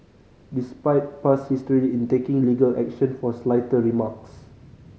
despite past history in taking legal action for slighter remarks